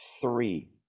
three